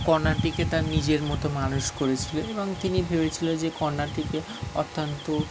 কন্যাটিকে তার নিজের মতো মানুষ করেছিল এবং তিনি ভেবেছিল যে কন্যাটিকে অত্যন্ত